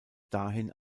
dahin